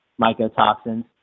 mycotoxins